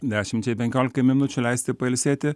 dešimčiai penkiolikai minučių leisti pailsėti